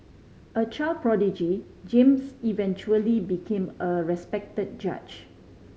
a child prodigy James eventually became a respected judge